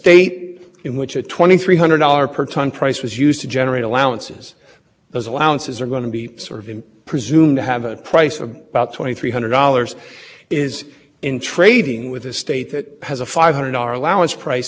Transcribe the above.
state hypothetically the texas state argument it may get a budget that's different but we don't know based on the information that we have in the record that e p a would have concluded under the